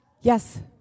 Yes